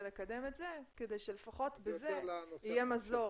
לקדם את זה כדי שלפחות בזה יהיה מזור.